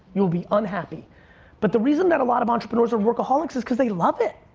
you will be unhappy but the reason that a lot of entrepreneurs are workaholics is cause they love it,